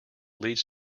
leads